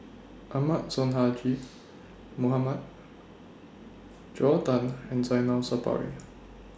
Ahmad Sonhadji Mohamad Joel Tan and Zainal Sapari